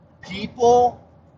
people